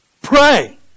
pray